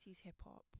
hip-hop